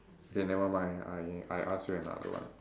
okay never mind I I ask you another one